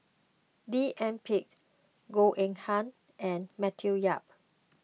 D N Pritt Goh Eng Han and Matthew Yap